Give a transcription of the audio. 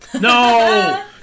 No